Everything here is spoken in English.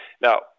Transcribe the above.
Now